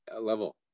level